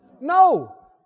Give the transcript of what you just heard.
No